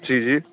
جی جی